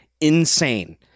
insane